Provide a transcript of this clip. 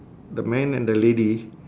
the man and the lady